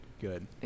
Good